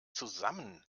zusammen